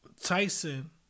Tyson